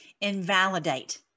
Invalidate